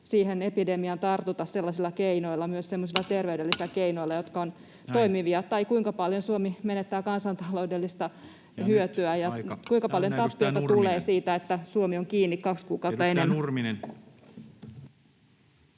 epidemiaan tartuta sellaisilla keinoilla, myös semmoisilla terveydellisillä keinoilla, jotka ovat toimivia, tai kuinka paljon Suomi menettää kansantaloudellista hyötyä, ja kuinka paljon tappiota tulee siitä, että Suomi on kiinni kaksi kuukautta enemmän.